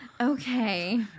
okay